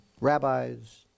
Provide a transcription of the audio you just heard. rabbis